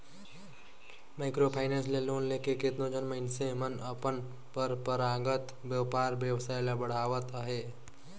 micro finance ले loan लेके केतनो झन मइनसे मन अपन परंपरागत बयपार बेवसाय ल बढ़ावत अहें